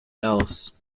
else